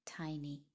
Tiny